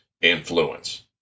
influence